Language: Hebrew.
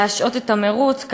להשעות את המירוץ,